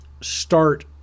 start